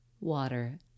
Water